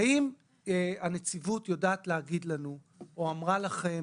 האם הנציבות יודעת להגיד לנו או אמרה לכם